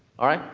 alright.